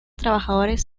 trabajadores